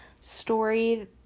story